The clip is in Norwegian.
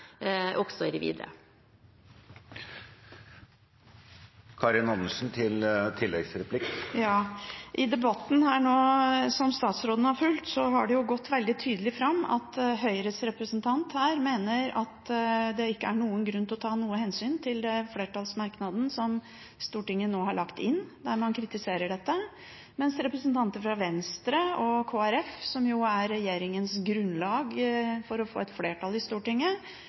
også framover. I debatten som statsråden har fulgt, har det gått veldig tydelig fram at Høyres representant her mener at det ikke er noen grunn til å ta noe hensyn til den flertallsmerknaden som Stortinget nå har lagt inn, der man kritiserer dette, mens representanter fra Venstre og Kristelig Folkeparti, som jo er regjeringens grunnlag for å få et flertall i Stortinget,